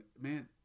man